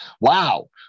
wow